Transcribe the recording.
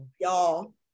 y'all